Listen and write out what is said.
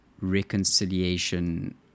reconciliation